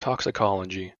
toxicology